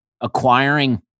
acquiring